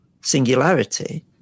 singularity